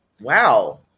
Wow